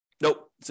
Nope